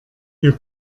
ihr